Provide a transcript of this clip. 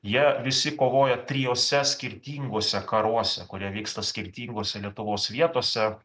jie visi kovoja trijuose skirtinguose karuose kurie vyksta skirtingose lietuvos vietose